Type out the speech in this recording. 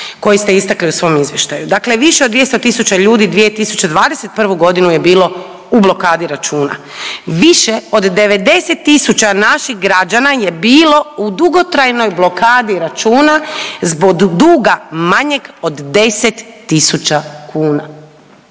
koji ste istakli u svom izvještaju, dakle više od 200.000 ljudi 2021.g. je bilo u blokadi računa, više od 90.000 naših građana je bilo u dugotrajnoj blokadi računa zbog duga manjeg od 10.000 kuna.